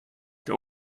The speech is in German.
der